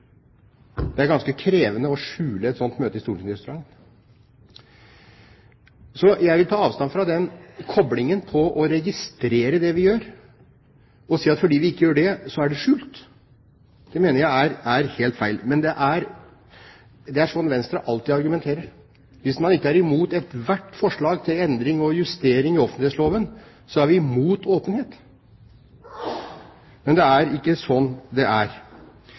Det er ganske krevende å skjule et slikt møte i stortingsrestauranten. Jeg vil ta avstand fra den koblingen mellom det å registrere det vi gjør, og det å si at fordi vi ikke gjør det, er det skjult. Det mener jeg er helt feil. Men det er slik Venstre alltid argumenterer: Hvis man er imot ethvert forslag til endring og justering i offentlighetsloven, er man imot åpenhet. Men det er ikke slik det er.